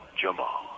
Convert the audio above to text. Jamal